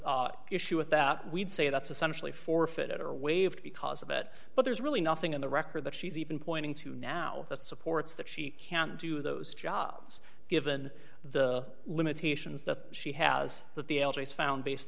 no issue with that we'd say that's essentially forfeited or waived because of it but there's really nothing in the record that she's even pointing to now that supports that she can't do those jobs given the limitations that she has that the found based